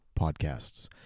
podcasts